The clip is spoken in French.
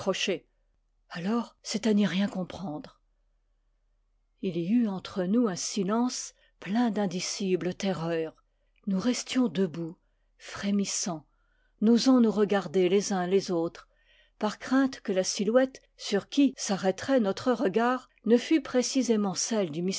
c'est à n'y rien comprendre il y eut entre nous un silence plein d'indicible terreur nous restions debout frémissants n'osant nous regarder les uns les autres par crainte que la silhouette sur qui s'ar rêterait notre regard ne fût précisément celle du